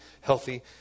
healthy